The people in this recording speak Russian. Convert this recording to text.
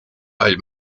аль